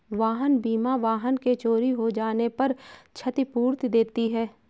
वाहन बीमा वाहन के चोरी हो जाने पर क्षतिपूर्ति देती है